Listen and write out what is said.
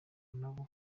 nabo